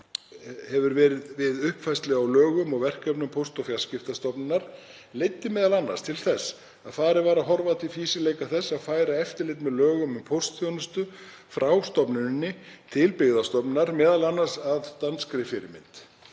hefur farið við uppfærslu á lögum og verkefnum Póst- og fjarskiptastofnunar leiddi m.a. til þess að farið var að horfa til fýsileika þess að færa eftirlit með lögum um póstþjónustu frá stofnuninni til Byggðastofnunar, m.a. að danskri fyrirmynd.